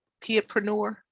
kidpreneur